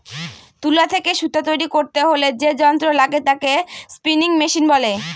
তুলা থেকে সুতা তৈরী করতে হলে যে যন্ত্র লাগে তাকে স্পিনিং মেশিন বলে